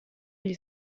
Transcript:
gli